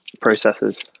processes